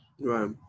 Right